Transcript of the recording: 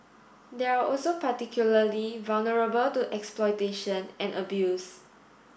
they are also particularly vulnerable to exploitation and abuse